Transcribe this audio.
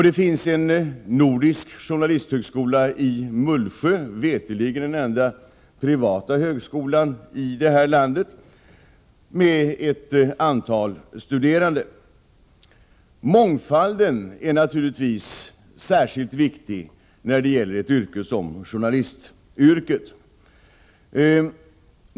Det finns vidare en nordisk journalisthögskola, veterligen den enda privata högskolan i landet, i Mullsjö. Mångfalden är naturligtvis särskilt viktig när det gäller ett yrke som journalistyrket.